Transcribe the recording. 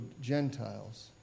Gentiles